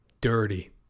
dirty